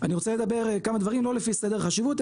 כי בסופו של דבר הם לא נמדדים בנושא השירות.